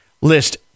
list